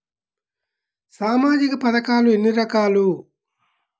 సామాజిక పథకాలు ఎన్ని రకాలు?